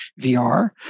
VR